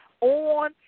on